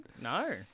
No